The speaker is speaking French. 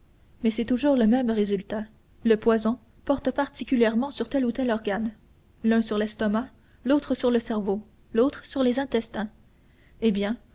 mais c'est toujours le même résultat le poison porte particulièrement sur tel ou tel organe l'un sur l'estomac l'autre sur le cerveau l'autre sur les intestins eh bien